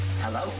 hello